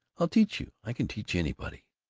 i'll teach you. i can teach anybody.